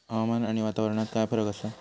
हवामान आणि वातावरणात काय फरक असा?